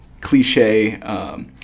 cliche